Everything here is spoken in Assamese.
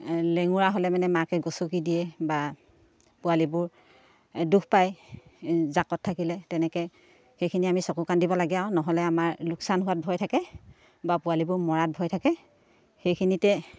লেঙৰা হ'লে মানে মাকে গচকি দিয়ে বা পোৱালিবোৰ দুখ পায় জাকত থাকিলে তেনেকৈ সেইখিনি আমি চকু কাণ দিব লাগে আৰু নহ'লে আমাৰ লোকচান হোৱাত ভয় থাকে বা পোৱালিবোৰ মৰাত ভয় থাকে সেইখিনিতে